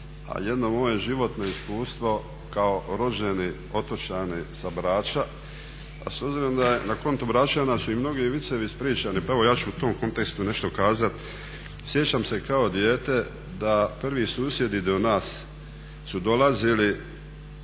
a jedno moje životno iskustvo kao rođeni otočanin sa Brača, a s obzirom da je na konto Bračana su i mnogi vicevi ispričani, pa evo ja ću u tom kontekstu nešto kazati. Sjećam se kao dijete da prvi susjedi do nas su dolazili,